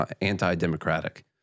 anti-democratic